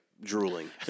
drooling